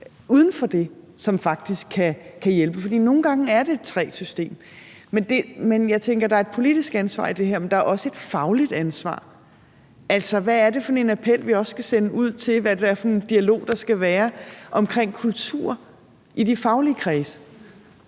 uden for det, som faktisk kan hjælpe, for nogle gange er det et trægt system. Jeg tænker, at der er et politisk ansvar i det her, men der er også et fagligt ansvar. Hvad er det for en appel, vi også skal sende ud, om, hvad det er for en dialog, der skal være om kultur i de faglige kredse?